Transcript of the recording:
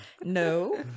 No